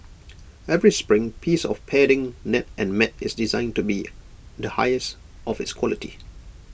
every spring piece of padding net and mat is designed to be the highest of its quality